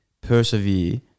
persevere